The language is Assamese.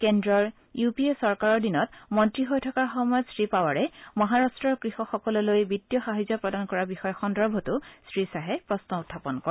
কেন্দ্ৰৰ ইউ পি এ চৰকাৰৰ দিনত মন্ত্ৰী হৈ থকাৰ সময়ত শ্ৰীপাবাৰে মহাৰাট্টৰ কৃষকসকললৈ বিত্তীয় সাহায্য প্ৰদান কৰা বিষয় সন্দৰ্ভতো শ্ৰীখাহে প্ৰশ্ন উখাপন কৰে